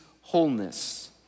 wholeness